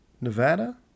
Nevada